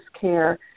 care